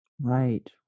right